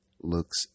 looks